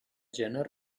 genre